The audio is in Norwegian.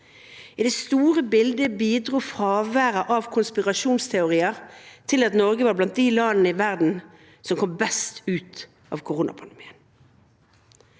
I det store bildet bidro fraværet av konspirasjonsteorier til at Norge var blant de landene i verden som kom best ut av koronapandemien.